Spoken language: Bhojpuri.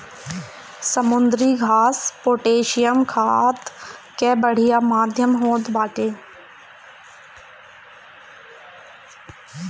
समुद्री घास पोटैशियम खाद कअ बढ़िया माध्यम होत बाटे